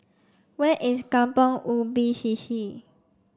where is Kampong Ubi C C